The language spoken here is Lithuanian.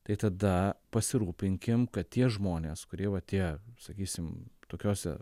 tai tada pasirūpinkim kad tie žmonės kurie va tie sakysim tokiose